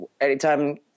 anytime